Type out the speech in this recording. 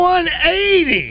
180